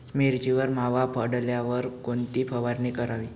मिरचीवर मावा पडल्यावर कोणती फवारणी करावी?